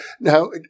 now